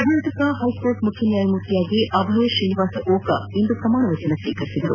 Karnataka high court ಮುಖ್ಯ ನ್ಯಾಯಮೂರ್ತಿಯಾಗಿ ಅಭಯ್ ಶ್ರೀನಿವಾಸ್ ಓಕಾ ಇಂದು ಪ್ರಮಾಣವಚನ ಸ್ವೀಕರಿಸಿದರು